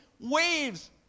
waves